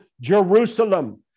Jerusalem